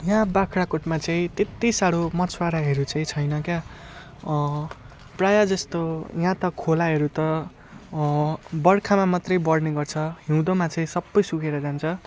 यहाँ बाख्राकोटमा चाहिँ त्यत्ति साह्रो मछुवाराहरू चाहिँ छैन क्या प्रायःजस्तो यहाँ त खोलाहरू त बर्खामा मात्रै बढ्ने गर्छ हिउँदमा चाहिँ सबै सुकेर जान्छ